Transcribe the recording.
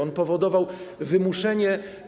On powodował wymuszenie.